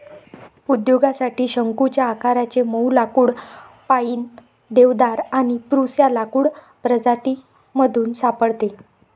उद्योगासाठी शंकुच्या आकाराचे मऊ लाकुड पाईन, देवदार आणि स्प्रूस या लाकूड प्रजातीमधून सापडते